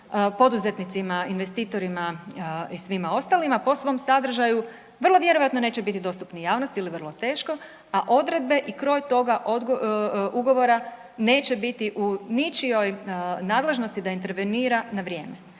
poduzetnicima investitorima i svima ostalima po svom sadržaju vrlo vjerojatno neće biti dostupni javnosti ili vrlo teško, a odredbe i kroj toga ugovora neće biti u ničijoj nadležnosti da intervenira na vrijeme.